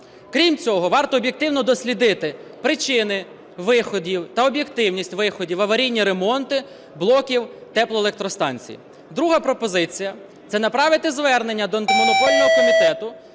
Крім цього, варто об'єктивно дослідити причини виходів та об'єктивність виходів в аварійні ремонти блоків теплоелектростанцій. Друга пропозиція. Це направити звернення до Антимонопольного комітету